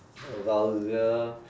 vulgar